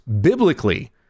biblically